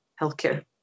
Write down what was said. healthcare